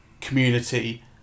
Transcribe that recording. community